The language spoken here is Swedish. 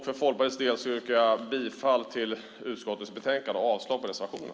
För Folkpartiets del yrkar jag bifall till utskottets förslag i betänkandet och avslag på reservationerna.